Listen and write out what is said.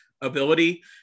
ability